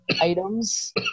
items